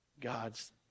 God's